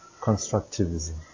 constructivism